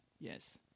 yes